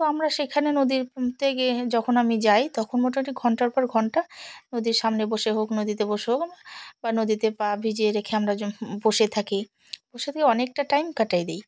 তো আমরা সেখানে নদীতে গিয়ে যখন আমি যাই তখন মোটামুটি ঘন্টার পর ঘণ্টা নদীর সামনে বসে হোক নদীতে বসে হোক বা নদীতে পা ভিজিয়ে রেখে আমরা যে বসে থাকি বসে থেকে অনেকটা টাইম কাটিয়ে দিই